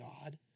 God